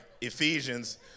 Ephesians